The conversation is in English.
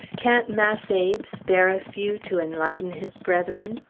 can't mass' abe spare a few to enlighten his brethren?